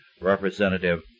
Representative